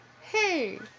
hey